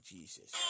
Jesus